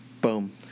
Boom